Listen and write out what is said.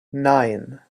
nein